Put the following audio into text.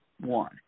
One